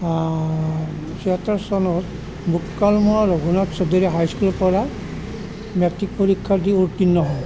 ছয়সত্তৰ চনত মুকালমোৱা ৰঘুনাথ চৌধুৰী হাই স্কুলৰ পৰা মেট্ৰিক পৰীক্ষা দি উত্তীৰ্ণ হওঁ